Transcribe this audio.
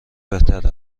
بهتر